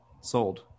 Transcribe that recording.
sold